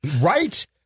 right